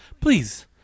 please